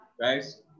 Guys